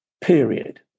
period